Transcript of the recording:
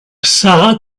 sara